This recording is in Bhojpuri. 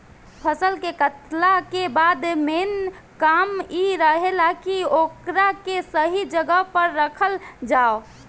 फसल के कातला के बाद मेन काम इ रहेला की ओकरा के सही जगह पर राखल जाव